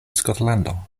skotlando